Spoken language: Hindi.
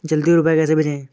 जल्दी रूपए कैसे भेजें?